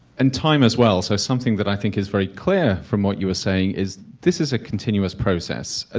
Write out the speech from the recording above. and time as well, so something that i think is very clear from what you are saying is that this is a continuous process. ah